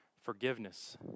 forgiveness